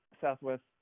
Southwest